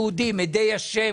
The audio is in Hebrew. יהודים ששייכים לעדי ה',